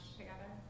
together